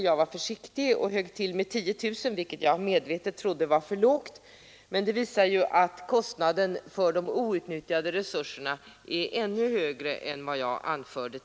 Jag var försiktig och högg till med 10 000; jag var medveten om att detta var ett för lågt antal. Detta visar att kostnaderna för de outnyttjade resurserna är ännu större än jag tidigare anförde.